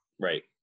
right